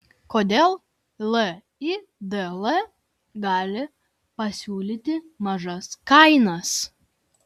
kodėl lidl gali pasiūlyti mažas kainas